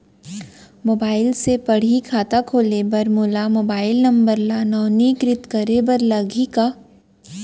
Mobile से पड़ही खाता खोले बर मोला मोबाइल नंबर ल नवीनीकृत करे बर लागही का?